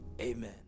amen